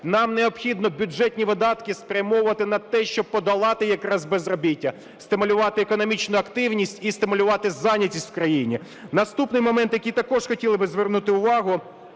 Нам необхідно бюджетні видатки спрямовувати на те, щоб подолати якраз безробіття, стимулювати економічну активність і стимулювати зайнятість в країні. Наступний момент, на який також хотіли би звернути увагу.